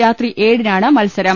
രാത്രി ഏഴിനാണ് മത്സരം